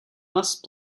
must